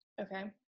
Okay